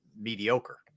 mediocre